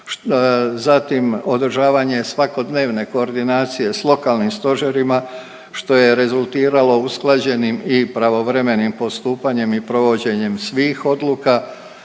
zatim održavanje svakodnevne koordinacije sa lokalnim stožerima što je rezultiralo usklađenim i pravovremenim postupanjem i provođenjem svih odluka,